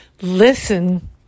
Listen